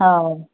ओ